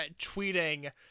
tweeting